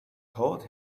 taught